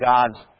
God's